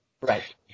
Right